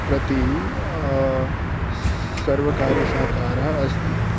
प्रति सर्वकारसहकारः अस्ति